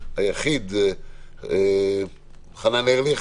חנן ארליך,